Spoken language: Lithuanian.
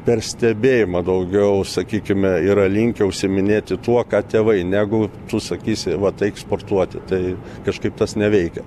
per stebėjimą daugiau sakykime yra linkę užsiiminėti tuo ką tėvai negu tu sakysi vat eik sportuoti tai kažkaip tas neveikia